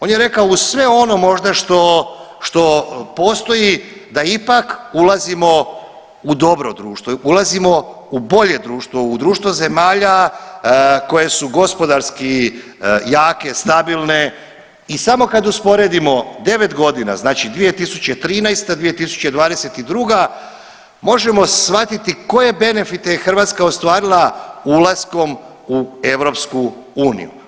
On je rekao uz sve ono možda što, što postoji da ipak ulazimo u dobro društvo, ulazimo u bolje društvo, u društvo zemalja koje su gospodarski jake i stabilne i samo kad usporedimo 9.g. znači 2013.-2022. možemo shvatiti koje benefite je Hrvatska ostvarila ulaskom u EU.